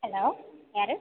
hello யார்